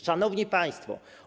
Szanowni Państwo!